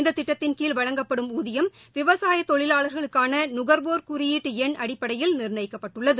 இந்த திட்டத்தின்கீழ் வழங்கப்படும் ஊதியம் விவசாயத் தொழிலாளர்களுக்கான நுகர்வோர் குறியீட்டு எண் அடிப்படையில் நிர்ணயிக்க்ப்பட்டுள்ளது